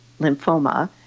lymphoma